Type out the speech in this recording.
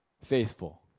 faithful